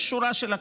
יש שורה של הקלות.